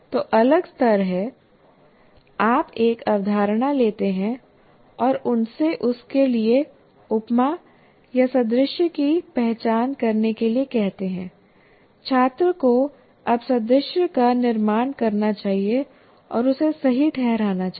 तो अगला स्तर है आप एक अवधारणा लेते हैं और उनसे उसके लिए उपमा या सादृश्य की पहचान करने के लिए कहते हैं छात्र को अब सादृश्य का निर्माण करना चाहिए और उसे सही ठहराना चाहिए